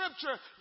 scripture